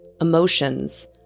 emotions